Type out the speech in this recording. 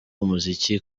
umuziki